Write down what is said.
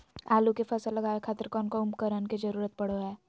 आलू के फसल लगावे खातिर कौन कौन उपकरण के जरूरत पढ़ो हाय?